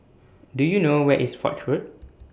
Do YOU know Where IS Foch Road